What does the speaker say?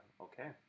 okay